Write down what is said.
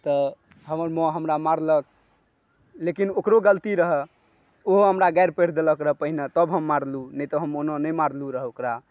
तऽ हमर माँ हमरा मारलक लेकिन ओकरो गलती रहै ओहो हमरा गारि पढ़ि देलक रहए पहिने तब हम मारलू नहि तऽ हम ओना नहि मारलू रहए ओकरा